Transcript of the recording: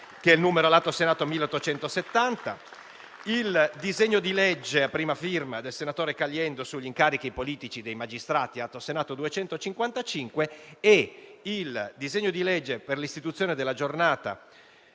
A questo si aggiungono il disegno di legge, a prima firma del senatore Caliendo, sugli incarichi politici di magistrati (Atto Senato 255) e il disegno di legge per l'istituzione della «Giornata